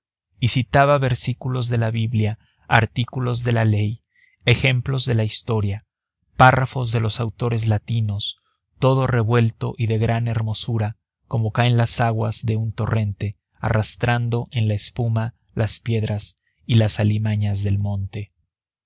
citaba versículos de la biblia artículos de la ley ejemplos de la historia párrafos de los autores latinos todo revuelto y de gran hermosura como caen las aguas de un torrente arrastrando en la espuma las piedras y las alimañas del monte